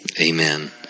Amen